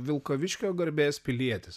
vilkaviškio garbės pilietis